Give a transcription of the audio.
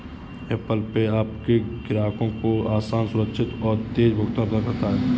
Apple Pay आपके ग्राहकों को आसान, सुरक्षित और तेज़ भुगतान प्रदान करता है